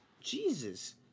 Jesus